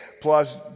plus